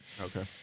Okay